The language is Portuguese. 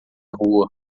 rua